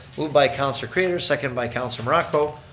moved by councilor craitor, seconded by councilor morocco,